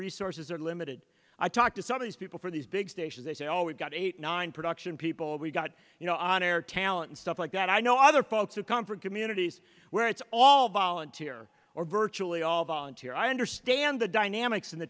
resources are limited i talk to some of these people for these big stations they say oh we've got eight nine production people we've got you know on air talent and stuff like that i know other folks who come from communities where it's all volunteer or virtually all volunteer i understand the dynamics and the